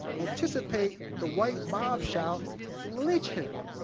anticipate the white mob shout, lynch him!